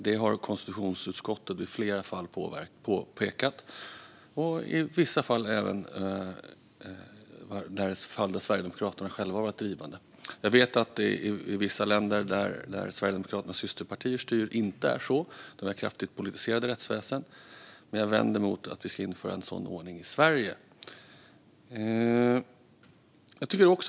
Det har konstitutionsutskottet i flera fall påpekat, i vissa fall även där Sverigedemokraterna själva har varit drivande. I vissa länder där Sverigedemokraternas systerpartier styr är det inte så, där det är kraftigt politiserade rättsväsen. Men jag vänder mig mot att vi ska införa en sådan ordning i Sverige.